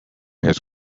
his